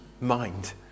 mind